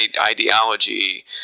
ideology